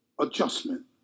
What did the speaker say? adjustment